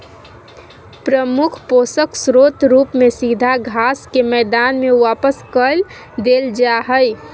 प्रमुख पोषक स्रोत रूप में सीधा घास के मैदान में वापस कर देल जा हइ